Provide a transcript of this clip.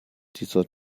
dieser